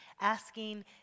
asking